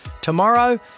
tomorrow